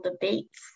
debates